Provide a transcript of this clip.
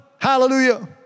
Hallelujah